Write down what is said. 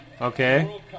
Okay